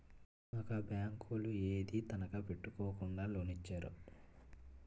మాకు ఆ బేంకోలు ఏదీ తనఖా ఎట్టుకోకుండా లోనిచ్చేరు